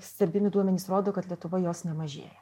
stebimi duomenys rodo kad lietuvoj jos nemažėja